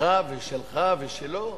שלך ושלך ושלו?